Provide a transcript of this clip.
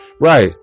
Right